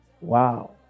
Wow